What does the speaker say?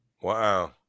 Wow